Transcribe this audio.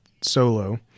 Solo